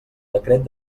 decret